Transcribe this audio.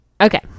Okay